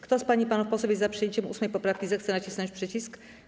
Kto z pań i panów posłów jest za przyjęciem 8. poprawki, zechce nacisnąć przycisk.